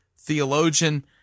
theologian